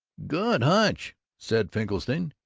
good hunch! said finkelstein,